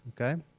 Okay